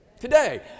today